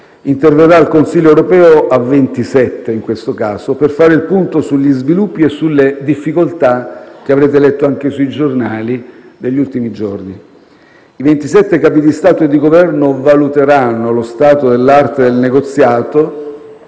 interverrà al Consiglio europeo a 27 (in questo caso) per fare il punto sugli sviluppi e sulle difficoltà, che avrete letto anche sui giornali, degli ultimi giorni. I 27 Capi di Stato e di Governo valuteranno lo stato dell'arte del negoziato